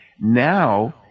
now